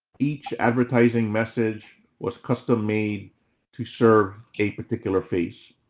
each advertising message was custom made to serve a particular phase.